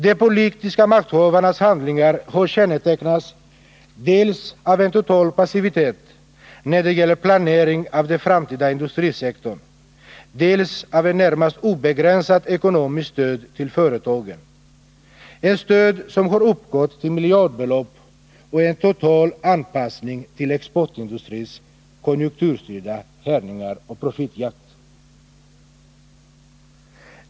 De politiska makthavarnas handlingar har kännetecknats dels av en total passivitet när det gäller planeringen av den framtida industrisektorn, dels av ett närmast obegränsat ekonomiskt stöd till företagen, ett stöd som har uppgått till miljardbelopp och utgjort en total anpassning till exportindustrins konjunkturstyrda härjningar och profitjakt.